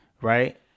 right